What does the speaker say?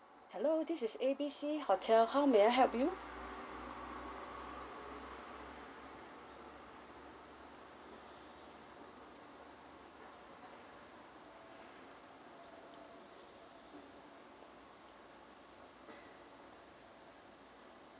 hello this is A B C hotel how may I help you